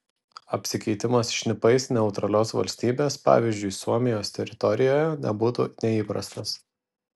apsikeitimas šnipais neutralios valstybės pavyzdžiui suomijos teritorijoje nebūtų neįprastas